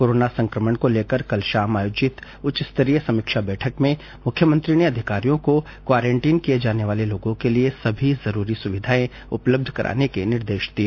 corona संकमण को लेकर कल शाम आयोजित उच्च स्तरीय समीक्षा बैठक में मुख्यमंत्री ने अधिकारियों को क्वारेंटीन किये जाने वाले लोगों के लिए सभी जरूरी सुविधाएं उपलब्ध करान्न के निर्देश दिए